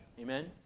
Amen